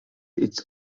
its